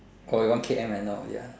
oh you want K_M I know ya